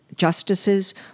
justices